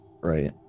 right